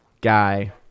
guy